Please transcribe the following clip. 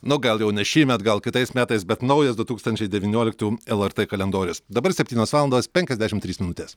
nu gal jau ne šįmet gal kitais metais bet naujas du tūkstančiai devynioliktųjų lrt kalendorius dabar septynios valandos penkiasdešim trys minutės